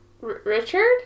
Richard